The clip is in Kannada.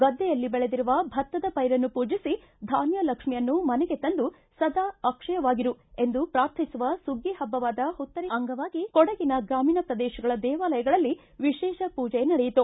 ಗದ್ದೆಯಲ್ಲಿ ಬೆಳೆದಿರುವ ಭತ್ತದ ಪೈರನ್ನು ಪೂಜೆಸಿ ಧಾನ್ಯ ಲಕ್ಷ್ಮಿಯನ್ನು ಮನೆಗೆ ತಂದು ಸದಾ ಅಕ್ಷಯವಾಗಿರು ಎಂದು ಪ್ರಾರ್ಥಿಸುವ ಸುಗ್ಗಿ ಹಬ್ಬವಾದ ಹುತ್ತರಿ ಅಂಗವಾಗಿ ಕೊಡಗಿನ ಗ್ರಾಮೀಣ ಪ್ರದೇಶಗಳ ದೇವಾಲಯಗಳಲ್ಲಿ ವಿಶೇಷ ಪೂಜೆ ನಡೆಯಿತು